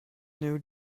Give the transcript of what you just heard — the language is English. new